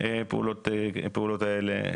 הפעולות האלה.